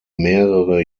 mehrere